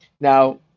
Now